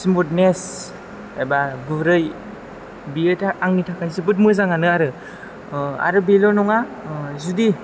smoothness एबा गुरै बियो था आंनि थाखाय जोबोत मोजाङानो आरो आरो बेल' नङा जुदि